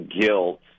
guilt